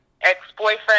ex-boyfriend